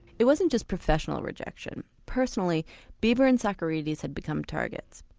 it wasn't just professional rejection, personally bieber and socarides had become targets,